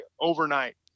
overnight